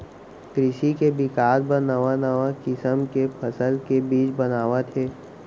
कृसि के बिकास बर नवा नवा किसम के फसल के बीज बनावत हें